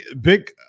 big